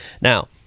Now